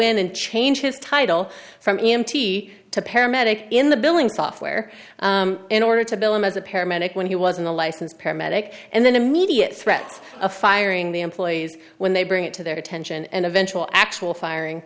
in and change his title from e m t to paramedic in the billing software in order to bill him as a paramedic when he wasn't a license paramedic and then immediate threat of firing the employees when they bring it to their attention and eventual actual firing